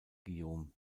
guillaume